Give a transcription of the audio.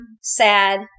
sad